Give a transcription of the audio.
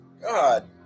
God